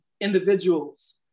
individuals